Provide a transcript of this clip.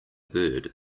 bird